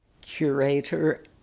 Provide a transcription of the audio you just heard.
Curator